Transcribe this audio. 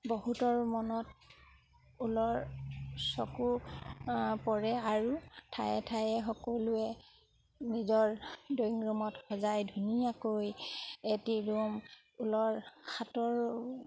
বহুতৰ মনত ঊলৰ চকু পৰে আৰু ঠায়ে ঠায়ে সকলোৱে নিজৰ ড্ৰয়িং ৰুমত সজাই ধুনীয়াকৈ এটি ৰুম ঊলৰ হাতৰ